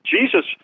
Jesus